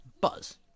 Buzz